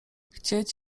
chcieć